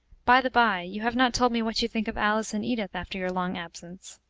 by-the-by, you have not told me what you think of alice and edith after your long absence.